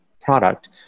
product